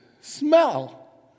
smell